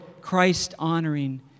Christ-honoring